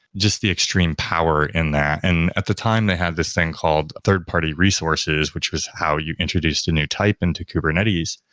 just the extreme power in that and at the time they have this thing called third-party resources, which was how you introduced a new type into kubernetes.